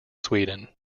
sweden